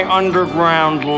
underground